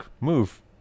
move